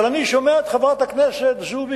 אבל אני שומע את חברת הכנסת זועבי,